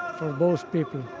for both people.